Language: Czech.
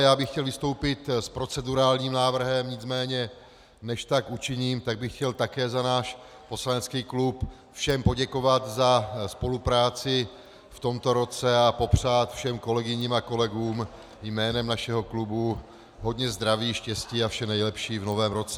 Já bych chtěl vystoupit s procedurálním návrhem, nicméně než tak učiním tak bych chtěl také za náš poslanecký klub všem poděkovat za spolupráci v tomto roce a popřát všem kolegyním a kolegům jménem našeho klubu hodně zdraví, štěstí a vše nejlepší v novém roce.